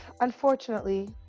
unfortunately